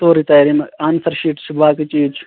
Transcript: سوٗرُۍ تیار یِِم answer sheets چھِ باقٕے چیٖز چھِ